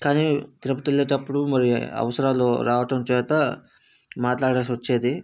కానీ తిరుపతి వెళ్ళేటప్పుడు మరియు అవసరాలు రావడం చేత మాట్లాడాల్సి వచ్చేది